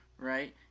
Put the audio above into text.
right